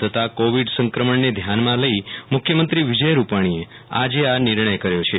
વધતાં કોવિડ સંક્રમણને ધ્યાનમાં લઈ મુખ્યમંત્રી વિજય રૂપાણીએઆજે આ નિર્ણય કર્યો છે